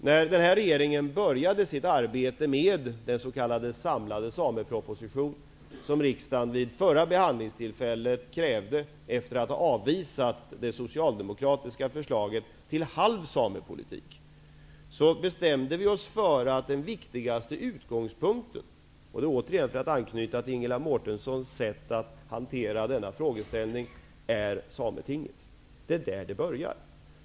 När den här regeringen började sitt arbete med den s.k. samlade sameproposition som riksdagen vid förra behandlingstillfället krävde efter att ha avvisat det socialdemokratiska förslaget till halv samepolitik, så bestämde vi oss för att den viktigaste utgångspunkten -- och jag vill därvidlag anknyta till Ingela Mårtenssons sätt att hantera denna frågeställning -- är Sametinget. Det är där det börjar.